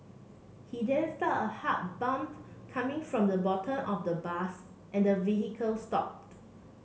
he then felt a hard bump coming from the bottom of the bus and the vehicle stopped